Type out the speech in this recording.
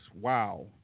wow